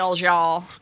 y'all